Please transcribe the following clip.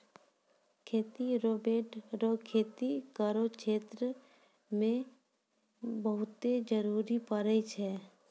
खेती रोवेट रो खेती करो क्षेत्र मे बहुते जरुरी पड़ै छै